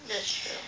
that's true